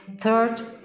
Third